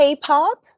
K-pop